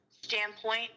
standpoint